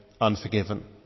unforgiven